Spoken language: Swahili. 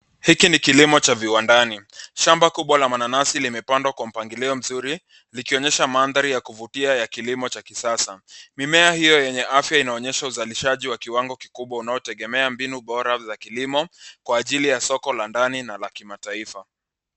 Hiki ni kilimo cha viwandani. Shamba kubwa la mananasi limepandwa Kwa mpangilio mzuri likionyesha mandhari ya kuvutia ya kilimo cha sasa. Mimea hiyo yenye afya inaonyesha uzalishaji wa kiwango kikubwa unaotegemea mbinu bora za kilimo kwa ajili ya soko la ndani na la kimataifa.